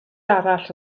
arall